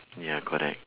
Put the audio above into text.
ya correct